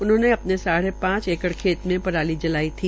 इन्होंने अपने साढ़े पांच एकड़ खेत में पराली जलाई थी